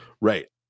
Right